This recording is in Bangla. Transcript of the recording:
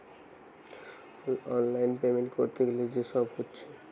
অনলাইন পেমেন্ট ক্যরতে গ্যালে যে সব হতিছে